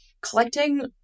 collecting